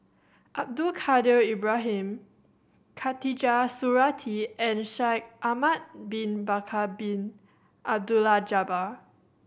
Abdul Kadir Ibrahim Khatijah Surattee and Shaikh Ahmad Bin Bakar Bin Abdullah Jabbar